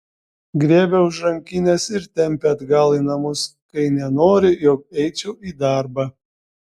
griebia už rankinės ir tempia atgal į namus kai nenori jog eičiau į darbą